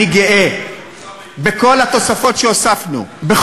אני בפעם האחרונה מעיר לך,